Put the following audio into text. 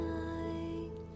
night